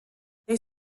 they